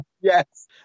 Yes